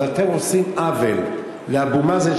אבל אתם עושים עוול לאבו מאזן,